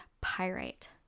Pyrite